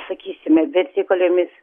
sakysime vertikaliomis